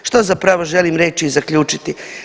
Što zapravo želim reći i zaključiti?